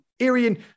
Arian